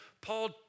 Paul